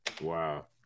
Wow